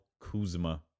Kuzma